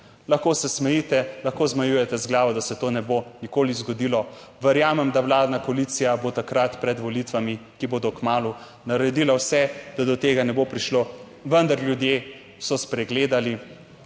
Lahko se smejite, lahko zmajujete z glavo, da se to ne bo nikoli zgodilo. Verjamem, da vladna koalicija bo takrat pred volitvami, ki bodo kmalu, naredila vse, da do tega ne bo prišlo, vendar ljudje so spregledali,